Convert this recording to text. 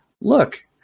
look